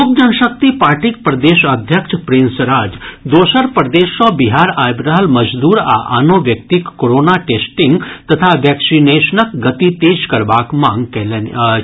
लोक जन शक्ति पार्टीक प्रदेश अध्यक्ष प्रिंस राज दोसर प्रदेश सँ बिहार आबि रहल मजदूर आ आनो व्यक्तिक कोरोना टेस्टिंग तथा वैक्सीनेशनक गति तेज करबाक मांग कयलनि अछि